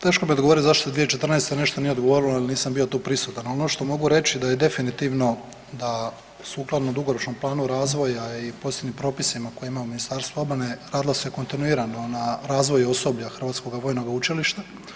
Teško mi je odgovoriti zašto se 2014. nešto nije odgovorilo jer nisam bio tu prisutan, ali ono što mogu reći da je definitivno da sukladno dugoročnom planu razvoja i posebnim propisima koje ima Ministarstvo obrane radilo se kontinuirano na razvoju osoblja Hrvatskoga vojnog učilišta.